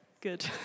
Good